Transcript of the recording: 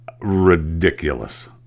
ridiculous